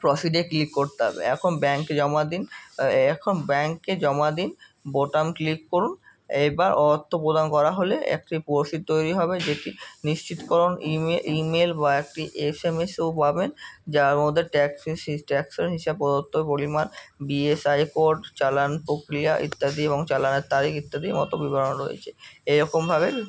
প্রসিডে click করতে হবে এখন ব্যাঙ্কে জমা দিন এখন ব্যাঙ্কে জমা দিন বোতাম ক্লিক করুন এবার অর্থ প্রদান করা হলে একটি প্রোসিড তৈরি হবে যেটি নিশ্চিতকরণ ইমে ইমেল বা একটি এস এম এসও পাবেন যার মধ্যে ট্যাক্সের সেই ট্যাক্সের হিসাব প্রদত্ত পরিমাণ বিএসআই পড চালান প্রক্রিয়া ইত্যাদি এবং চালানের তারিখ ইত্যাদি মতো বিবরণ রয়েছে এরকমভাবে